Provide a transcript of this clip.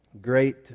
great